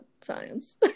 science